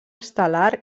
estel·lar